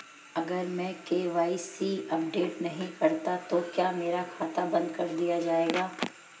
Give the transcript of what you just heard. अगर मैं KYC update नहीं करता तो क्या मेरा खाता बंद कर दिया जाएगा?